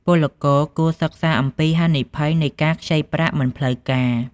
ពលករគួរសិក្សាអំពីហានិភ័យនៃការខ្ចីប្រាក់មិនផ្លូវការ។